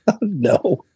No